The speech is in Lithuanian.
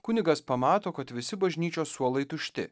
kunigas pamato kad visi bažnyčios suolai tušti